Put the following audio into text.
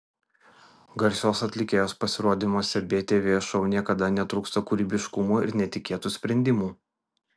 garsios atlikėjos pasirodymuose btv šou niekada netrūksta kūrybiškumo ir netikėtų sprendimų